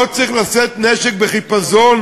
לא צריך לשאת נשק בחיפזון,